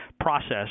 process